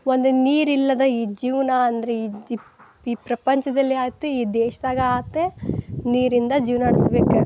ಒಂದು ನೀರಿಲ್ಲದ ಈ ಜೀವನ ಅಂದರೆ ಈ ದಿಪ್ ಈ ಪ್ರಪಂಚದಲ್ಲೇ ಆತು ಈ ದೇಶದಾಗ ಆತು ನೀರಿಂದ ಜೀವ ನಡ್ಸ್ಬೇಕು